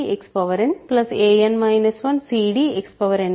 ancd Xn an 1cd Xn 1